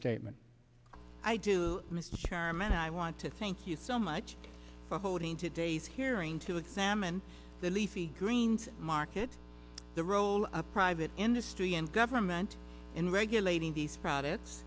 statement to mr chairman i want to thank you so much for holding today's hearing to examine the leafy greens market the role of private industry and government in regulating these products